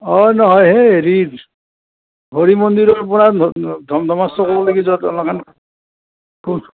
অ' নহয় এই হেৰিৰ হৰি মন্দিৰৰ পৰা ধমধমা চ'কলৈকে যোৱা দলংখন